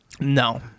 No